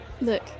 Look